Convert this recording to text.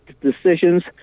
decisions